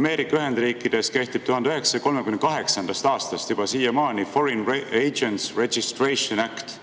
Ameerika Ühendriikides kehtib 1938. aastast siiamaani Foreign Agents Registration Act,